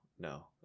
no